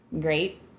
great